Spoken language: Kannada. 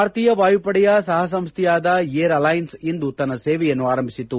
ಭಾರತೀಯ ವಾಯುಪಡೆಯ ಸಹ ಸಂಸ್ವೆಯಾದ ಏರ್ ಅಲೈನ್ಸ್ ಇಂದು ತನ್ನ ಸೇವೆಯನ್ನು ಆರಂಭಿಸಿತು